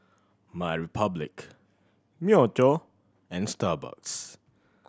MyRepublic Myojo and Starbucks